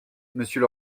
monsieur